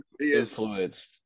influenced